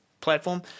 platform